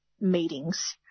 meetings